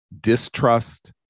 Distrust